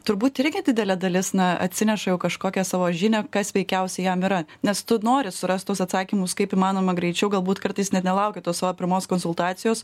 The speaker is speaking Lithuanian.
turbūt irgi didelė dalis na atsineša jau kažkokią savo žinią kas veikiausiai jam yra nes tu nori surast tuos atsakymus kaip įmanoma greičiau galbūt kartais net nelauki tos savo pirmos konsultacijos